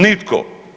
Nitko.